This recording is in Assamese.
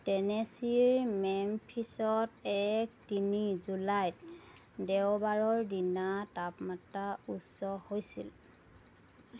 টেনেছীৰ মেমফিছত এক তিনি জুলাইত দেওবাৰৰ দিনা তাপমাত্ৰা উচ্চ হৈছিল